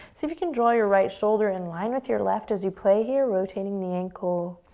see if you can draw your right shoulder in line with your left as you play here, rotating the ankle,